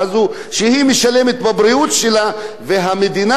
והמדינה משלמת את הכסף עבור הבריאות